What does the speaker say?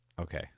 okay